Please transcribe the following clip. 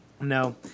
No